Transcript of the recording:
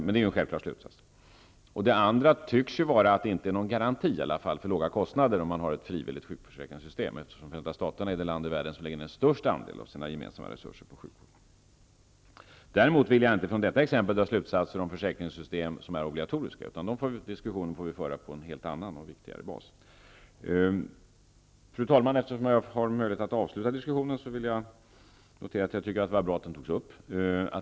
För det andra tycks ett frivilligt sjukförsäkringssystem inte vara en garanti för låga kostnader, eftersom Förenta Staterna är det land i världen som lägger ned den största andelen av sina gemensamma resurser på sjukvården. Däremot vill jag inte från detta exempel dra slutsatser om försäkringssystem som är obligatoriska. Den diskussionen får vi föra på en helt annan och riktigare bas. Fru talman! Eftersom jag har möjlighet att avsluta diskussionen vill jag notera att jag tycker att det var bra att den togs upp.